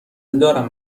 دارم